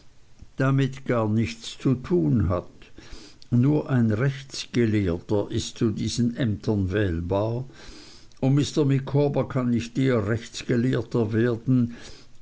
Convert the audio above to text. damit gar nichts zu tun hat nur ein rechtsgelehrter ist zu diesen ämtern wählbar und mr micawber kann nicht eher rechtsgelehrter werden